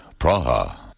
Praha